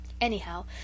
Anyhow